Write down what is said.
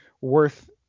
worth